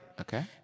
Okay